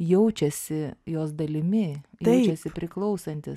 jaučiasi jos dalimi jaučiasi priklausantys